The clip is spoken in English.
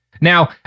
Now